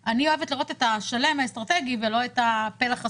אני אוהבת לראות את השלם האסטרטגי ולא את הפלח הספציפי,